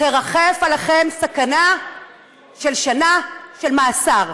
תרחף עליכן סכנה של שנה של מאסר.